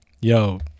yo